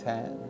Ten